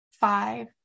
five